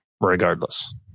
regardless